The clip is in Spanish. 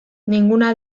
ninguna